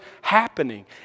happening